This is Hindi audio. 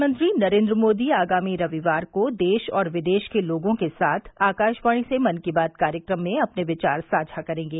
प्रधानमंत्री नरेन्द्र मोदी आगामी रविवार को देश और विदेश के लोगों के साथ आकाशवाणी से मन की बात कार्यक्रम में अपने विचार साज्ञा करेंगे